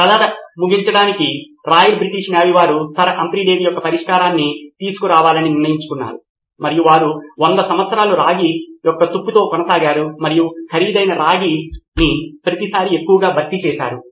కథను ముగించడానికి Royal British Navy వారు సర్ హంఫ్రీ డేవి యొక్క పరిష్కారాన్ని తీసివేయాలని నిర్ణయించుకున్నారు మరియు వారు 100 సంవత్సరాలు రాగి యొక్క తుప్పుతో కొనసాగారు మరియు ఖరీదైన రాగిని ప్రతిసారీ ఎక్కువగా భర్తీ చేస్తారు